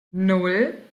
nan